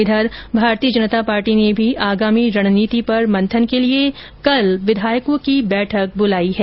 इधर भारतीय जनता पार्टी ने भी आगामी रणनीति पर मंथन के लिए कल विधायकों की बैठक बुलाई है